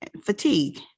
fatigue